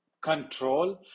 control